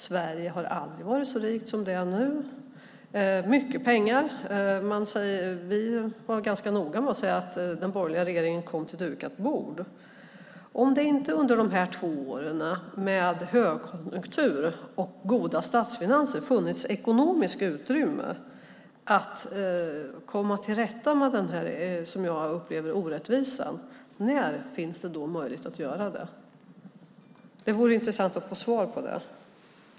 Sverige har aldrig varit så rikt som det är nu. Det finns mycket pengar. Vi var ganska noga med att säga att den borgerliga regeringen kom till dukat bord. Om det inte under de här två åren med högkonjunktur och goda statsfinanser funnits ekonomiskt utrymme att komma till rätta med denna, som jag upplever det, orättvisa, när finns det då möjlighet att göra det? Det vore intressant att få svar på det.